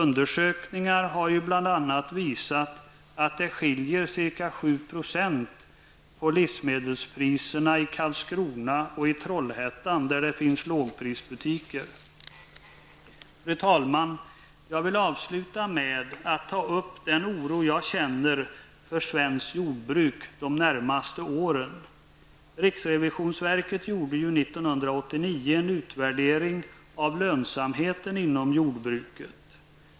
Undersökningar har bl.a. visat att livsmedelspriserna i Karlskrona och Trollhättan, där det finns lågprisbutiker, är ca 7 % lägre. Fru talman! Jag vill avsluta med att ta upp den oro jag känner för svenskt jordbruk för de närmaste åren. Riksrevisionsverket gjorde 1989 en utvärdering av lönsamheten inom jordbruket.